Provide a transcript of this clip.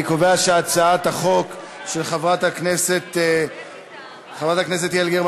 אני קובע שהצעת החוק של חברת הכנסת יעל גרמן